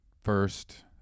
first